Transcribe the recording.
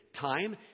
time